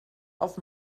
auf